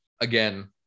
Again